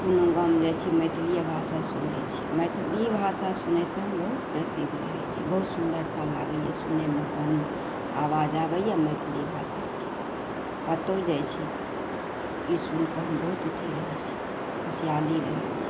कोनो गाम जाइ छी मैथिलीये भाषा सुनै छी मैथिली भाषा सुनैसँ हम बहुत प्रसिद्ध रहै छी बहुत सुन्दरता लागैय सुनैमे कानमे आवाज आबैया मैथिली भाषाके कतौ जाइ छी तऽ ई सुनि कऽ हम बहुत अथी रहै छी खुशियाली रहै छी